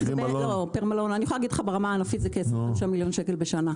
ברמה הענפית זה כ-25 מיליון שקל בשנה.